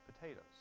potatoes